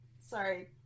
sorry